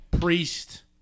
Priest